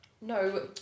No